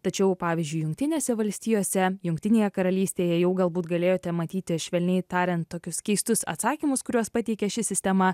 tačiau pavyzdžiui jungtinėse valstijose jungtinėje karalystėje jau galbūt galėjote matyti švelniai tariant tokius keistus atsakymus kuriuos pateikia ši sistema